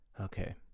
Okay